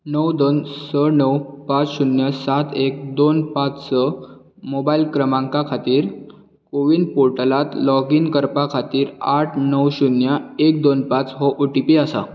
णव दोन स णव पांच शुन्य सात एक दोन पांच स मॉबायल क्रमांका खातीर कोविन पोर्टलांत लॉगिन करपा खातीर आठ णव शुन्य एक दोन पांच हो ओटीपी आसा